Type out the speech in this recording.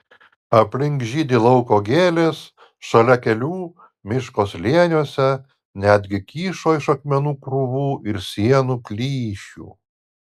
aplink žydi lauko gėlės šalia kelių miško slėniuose netgi kyšo iš akmenų krūvų ir sienų plyšių